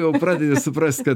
jau pradedi suprast kad